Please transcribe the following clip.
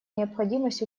необходимость